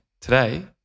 Today